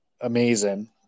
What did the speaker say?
amazing